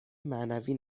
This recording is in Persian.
معنوی